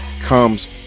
comes